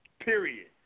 Period